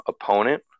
opponent